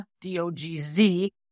D-O-G-Z